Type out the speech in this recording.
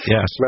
Yes